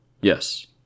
Yes